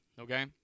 okay